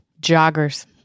joggers